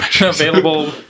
available